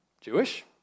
Jewish